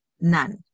none